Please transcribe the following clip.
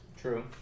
True